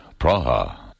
Praha